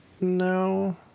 No